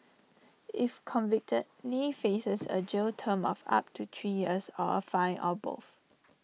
if convicted lee faces A jail term of up to three years or A fine or both